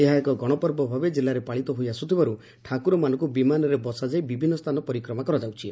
ଏହା ଏକ ଗଶପର୍ବ ଭାବେ ଜିଲାରେ ପାଳିତ ହୋଇ ଆସ୍ଥିବାର୍ ଠାକୁରମାନଙ୍କୁ ବିମାନରେ ବସାଇଯାଇ ବିଭିନ୍ନ ସ୍ଚାନ ପରିକ୍ରମା କରାଯାଉଛି